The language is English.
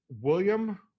William